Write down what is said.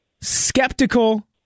skeptical